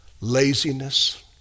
laziness